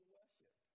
worship